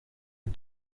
est